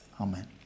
Amen